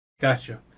Gotcha